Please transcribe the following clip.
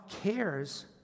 cares